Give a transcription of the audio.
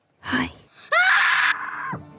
Hi